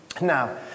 Now